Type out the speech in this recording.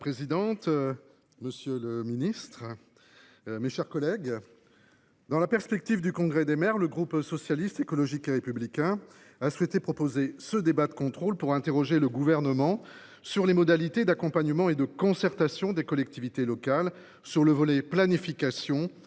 Madame la présidente, monsieur le ministre, mes chers collègues, dans la perspective du Congrès des maires, le groupe Socialiste, Écologiste et Républicain a souhaité proposer ce débat de contrôle pour interroger le Gouvernement sur les modalités d’accompagnement et de concertation dont s’assortit, pour les collectivités locales, le volet planification